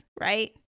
right